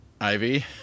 Ivy